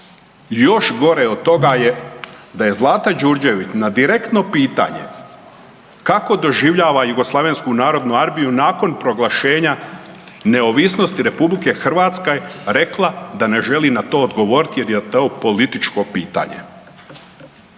Još gore od toga je da je Zlata Đurđević na direktno pitanje kako doživljava JNA nakon proglašenja neovisnosti RH rekla da ne želi na to odgovoriti jer je to političko pitanje.